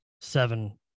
seven